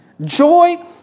Joy